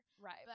Right